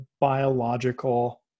biological